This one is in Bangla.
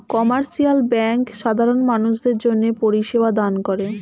কমার্শিয়াল ব্যাঙ্ক সাধারণ মানুষদের জন্যে পরিষেবা দান করে